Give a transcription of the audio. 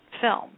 film